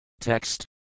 Text